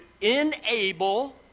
enable